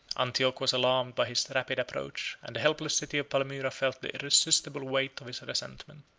antioch was alarmed by his rapid approach, and the helpless city of palmyra felt the irresistible weight of his resentment.